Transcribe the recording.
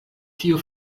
tio